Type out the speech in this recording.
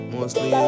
Mostly